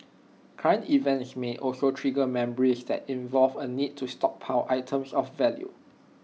current events may also trigger memories that involve A need to stockpile items of value